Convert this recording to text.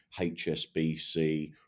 HSBC